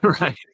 right